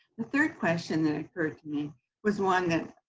the third question that occurred to me was one that,